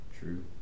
true